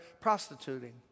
prostituting